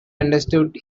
understood